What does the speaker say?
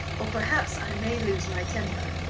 or perhaps i may lose my temper,